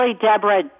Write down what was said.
deborah